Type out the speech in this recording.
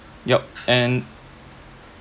yup and